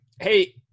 Hey